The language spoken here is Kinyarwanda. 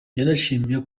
yanashimye